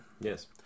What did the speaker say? Yes